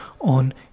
on